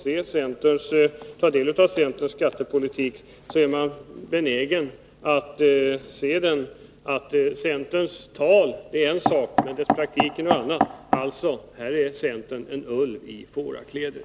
När man studerar centerns skattepolitik blir man benägen att säga att centerns tal är en sak, dess praktik något annat. Centern uppträder här alltså som en ulv i fårakläder.